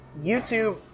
YouTube